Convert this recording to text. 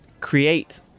create